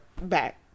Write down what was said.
back